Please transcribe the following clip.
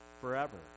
forever